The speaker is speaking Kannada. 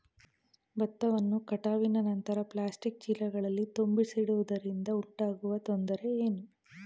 ಭತ್ತವನ್ನು ಕಟಾವಿನ ನಂತರ ಪ್ಲಾಸ್ಟಿಕ್ ಚೀಲಗಳಲ್ಲಿ ತುಂಬಿಸಿಡುವುದರಿಂದ ಉಂಟಾಗುವ ತೊಂದರೆ ಏನು?